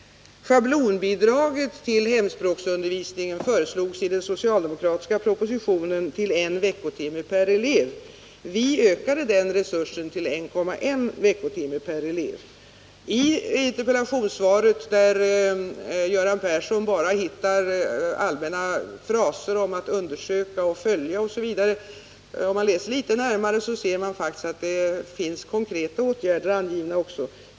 I den socialdemokratiska propositionen föreslogs att schablonbidrag till hemspråksundervisning skulle utgå för I veckotimme per elev. Vi ökade den resursen till 1,1 veckotimme per elev. Om man läser noggrant i interpellationssvaret — där Göran Persson bara hittar allmänna fraser om att undersöka, följa osv. — finner man faktiskt att det också finns konkreta åtgärder angivna.